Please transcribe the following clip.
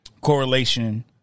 correlation